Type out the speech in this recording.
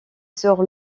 sort